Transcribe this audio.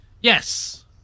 Yes